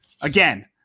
Again